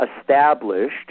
established